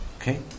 Okay